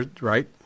right